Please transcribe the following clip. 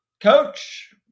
Coach